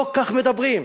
לא כך מדברים.